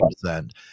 percent